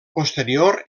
posterior